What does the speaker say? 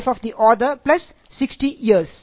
life of the author plus sixty years